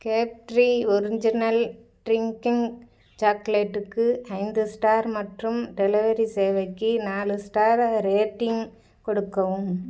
கேட்ரி original drinking சாக்லேட்டுக்கு ஐந்து star மற்றும் டெலிவரி சேவைக்கு நாலு ஸ்டார் ரேட்டிங் கொடுக்கவும்